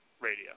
radio